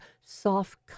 soft